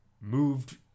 moved